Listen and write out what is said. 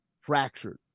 fractured